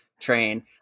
train